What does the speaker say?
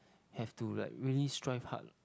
have to like really strive hard